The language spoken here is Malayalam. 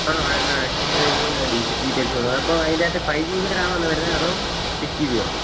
ആ എന്നാല് ആക്സസറീസിൻ്റെ ഡീറ്റെയിൽസൊന്ന് അപ്പോള് അതിന്റെയകത്ത് ഫൈവ് ജി ബി റാമാണോ വരുന്നത് അതോ സിക്സ് ജി ബിയോ